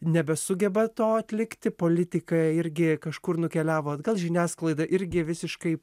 nebesugeba to atlikti politikai irgi kažkur nukeliavo atgal žiniasklaida irgi visiškai